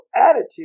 attitude